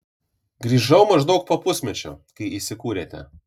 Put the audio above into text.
grįžau maždaug po pusmečio kai įsikūrėte